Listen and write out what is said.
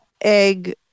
egg